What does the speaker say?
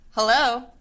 Hello